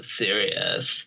serious